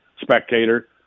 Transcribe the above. Spectator